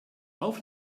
auf